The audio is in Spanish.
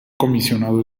comisionado